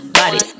body